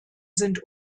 sind